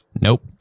Nope